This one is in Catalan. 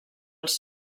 els